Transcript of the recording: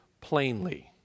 plainly